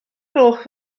gloch